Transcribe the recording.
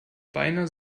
beinahe